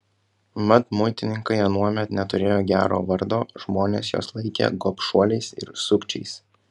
mat muitininkai anuomet neturėjo gero vardo žmonės juos laikė gobšuoliais ir sukčiais